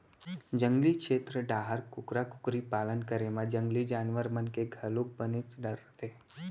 जंगली छेत्र डाहर कुकरा कुकरी पालन करे म जंगली जानवर मन के घलोक बनेच डर रथे